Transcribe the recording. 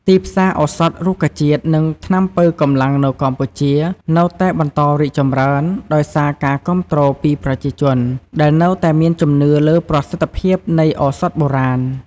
ទីផ្សារឱសថរុក្ខជាតិ និងថ្នាំប៉ូវកម្លាំងនៅកម្ពុជានៅតែបន្តរីកចម្រើន ដោយសារការគាំទ្រពីប្រជាជនដែលនៅតែមានជំនឿលើប្រសិទ្ធភាពនៃឱសថបុរាណ។